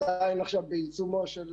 עדיין בעיצומו של